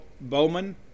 Bowman